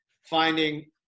finding